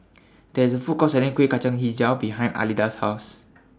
There IS A Food Court Selling Kueh Kacang Hijau behind Alida's House